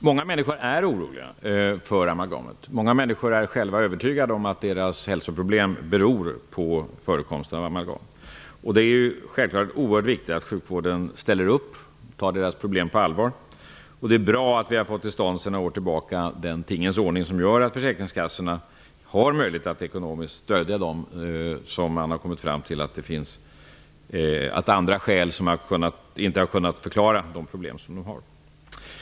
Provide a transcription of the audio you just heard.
Många människor är oroliga för amalgamet. Många människor är själva övertygade om att deras hälsoproblem beror på förekomsten av amalgam. Det är självfallet oerhört viktigt att sjukvården ställer upp och tar deras problem på allvar. Det är bra att vi sedan några år tillbaka har fått till stånd den tingens ordning som gör att försäkringskassorna har möjlighet att ekonomiskt stödja dem vars problem inte har kunnat förklaras av andra skäl.